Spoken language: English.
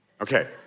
Okay